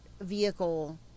vehicle